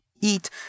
eat